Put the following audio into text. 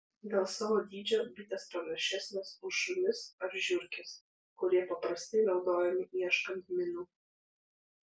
dėl savo dydžio bitės pranašesnės už šunis ar žiurkes kurie paprastai naudojami ieškant minų